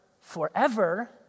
forever